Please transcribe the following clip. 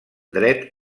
dret